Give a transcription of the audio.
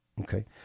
Okay